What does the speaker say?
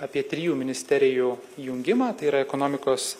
apie trijų ministerijų jungimą tai yra ekonomikos